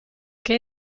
che